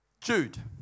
Jude